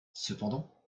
cependant